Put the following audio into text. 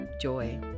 joy